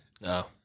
No